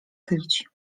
tlić